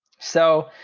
so,